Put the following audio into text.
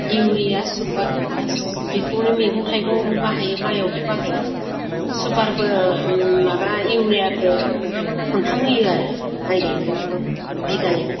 urea super potash बेखौनो मैगं थाइगंआवबो बाहायो माइआवबो बाहायो सुपारफोर माबा इउरियाखौ खन्थाम होयो आरो माइ गायनायावबाबो बिगायाव